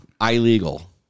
Illegal